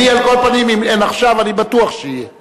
אני, על כל פנים, אם אין עכשיו, אני בטוח שיהיה.